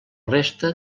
resta